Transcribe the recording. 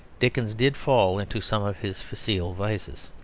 dickens did fall into some of his facile vices.